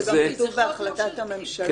זה גם כתוב בהחלטת הממשלה.